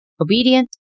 Obedient